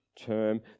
term